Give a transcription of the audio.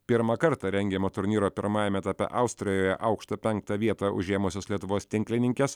pirmą kartą rengiamo turnyro pirmajame etape austrijoje aukštą penktą vietą užėmusios lietuvos tinklininkės